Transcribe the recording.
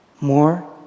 more